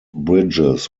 bridges